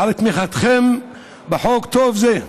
על תמיכתכם בחוק טוב זה,